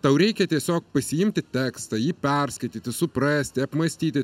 tau reikia tiesiog pasiimti tekstą jį perskaityti suprasti apmąstyti